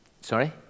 Sorry